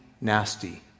nasty